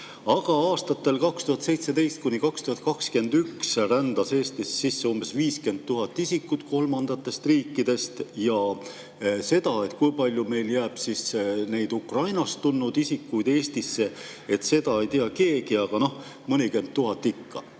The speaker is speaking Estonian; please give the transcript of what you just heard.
Aga aastatel 2017–2021 rändas Eestisse sisse umbes 50 000 isikut kolmandatest riikidest ja seda, kui palju jääb Ukrainast tulnud isikuid Eestisse, ei tea keegi, aga mõnikümmend tuhat ikka.